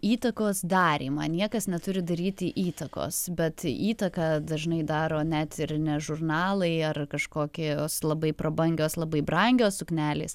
įtakos darymą niekas neturi daryti įtakos bet įtaką dažnai daro net ir ne žurnalai ar kažkokios labai prabangios labai brangios suknelės